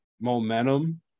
momentum